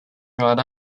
brought